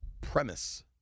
premise